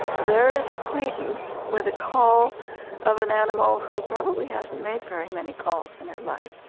there is acquaintance with a call of an animal who probably hasn't made very many calls in her life.